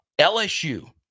LSU